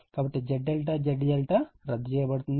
కాబట్టి Z∆ Z∆ రద్దు చేయబడుతుంది